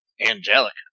Angelica